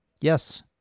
Yes